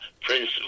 Prince